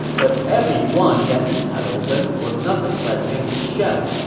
but every one that he cut open was nothing but an empty shell.